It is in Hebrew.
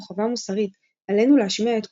חובה מוסרית "עלינו להשמיע את קולנו.